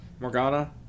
Morgana